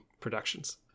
productions